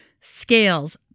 scales